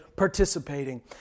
participating